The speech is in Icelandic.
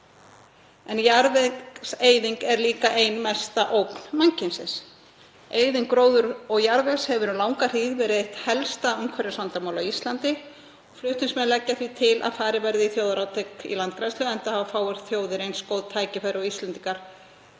en jarðvegseyðing er ein mesta ógn mannkyns. Eyðing gróðurs og jarðvegs hefur um langa hríð verið eitt helsta umhverfisvandamál á Íslandi. Flutningsmenn leggja því til að farið verði í þjóðarátak í landgræðslu enda hafi fáar þjóðir eins góð tækifæri og Íslendingar